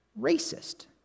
racist